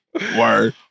Word